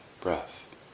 breath